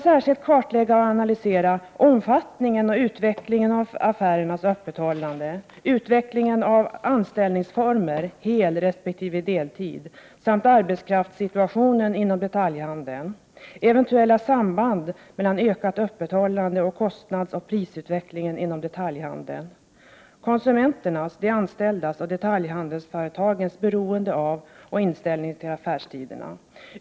Utredaren skall särskilt kartlägga och analysera: - konsumenternas, de anställdas och detaljhandelsföretagens beroende av och inställning till affärstiderna.